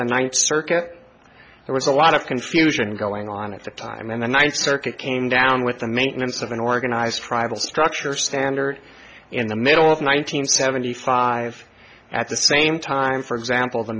the ninth circuit there was a lot of confusion going on at the time and the ninth circuit came down with the maintenance of an organized tribal structure standard in the middle of the one nine hundred seventy five at the same time for example the